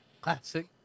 Classic